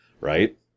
Right